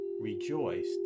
rejoiced